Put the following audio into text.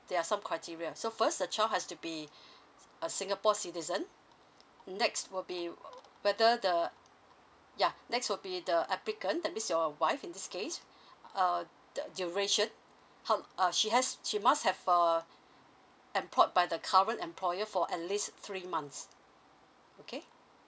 there are some criteria so first the child has to be a singapore citizen next will be w~ whether the yeah next would be the applicant that means your wife in this case uh the duration how uh she has she must have uh employed by the current employer for at least three months okay